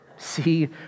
See